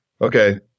okay